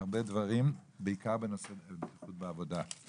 להרבה דברים בעיקר בנושאים בעבודה.